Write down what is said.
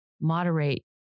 moderate